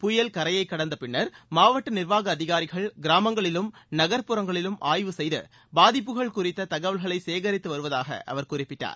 புயல் கரையைக் கடந்த பின்னர் மாவட்ட நிர்வாக அதிகாரிகள் கிராமங்களிலும் நகர்ப்புறங்களிலும் ஆய்வு செய்து பாதிப்புகள் குறித்த தகவல்களை சேகரித்து வருவதாக அவர் குறிப்பிட்டார்